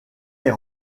les